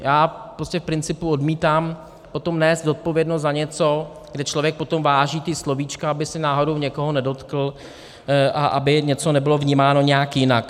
Já prostě v principu odmítám potom nést zodpovědnost za něco, kde člověk potom váží slovíčka, aby se náhodou někoho nedotkl a aby něco nebylo vnímáno nějak jinak.